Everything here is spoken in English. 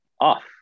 off